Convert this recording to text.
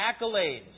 accolades